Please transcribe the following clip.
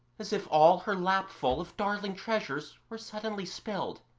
as if all her lapful of darling treasures were suddenly spilled,